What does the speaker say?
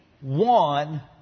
one